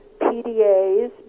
PDAs